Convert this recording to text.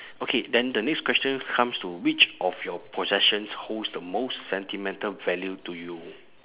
okay then the next question comes to which of your possessions holds the most sentimental value to you